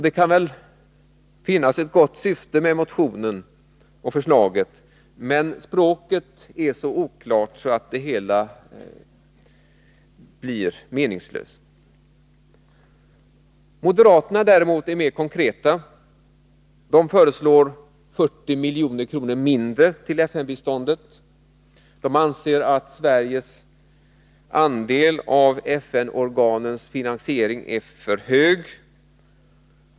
Det kan väl finnas ett gott syfte med förslaget i motionen, men språket är så oklart att det hela blir meningslöst. Moderaterna är däremot konkreta. De föreslår 40 milj.kr. mindre till FN-biståndet. De anser att Sveriges andel av FN-organens finansiering är för hög.